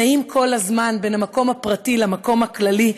נעים כל הזמן בין המקום הפרטי למקום הכללי.